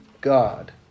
God